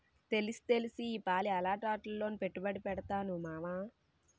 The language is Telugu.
తెలుస్తెలుసు ఈపాలి అలాటాట్లోనే పెట్టుబడి పెడతాను మావా